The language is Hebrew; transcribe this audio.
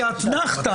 כאתנחתא,